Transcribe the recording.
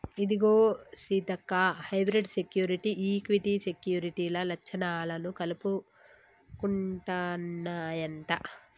ఇదిగో సీతక్క hybrid security, equity సెక్యూరిటీల లచ్చణాలను కలుపుకుంటన్నాయంట